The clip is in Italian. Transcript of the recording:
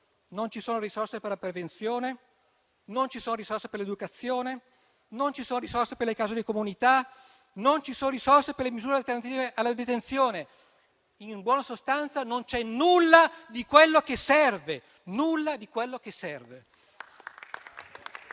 Non ci sono risorse per la prevenzione, non ci sono risorse per l'educazione, non ci sono risorse per le case di comunità, non ci sono risorse per le misure alternative alla detenzione. In buona sostanza, non c'è nulla di quello che serve. Non contenti,